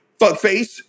fuckface